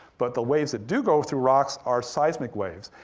but the waves that do go through rocks are seismic waves,